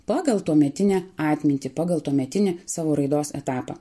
pagal tuometinę atmintį pagal tuometinį savo raidos etapą